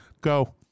Go